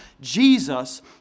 Jesus